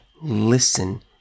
listen